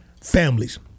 families